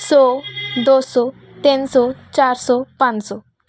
ਸੌ ਦੋ ਸੌ ਤਿੰਨ ਸੌ ਚਾਰ ਸੌ ਪੰਜ ਸੌ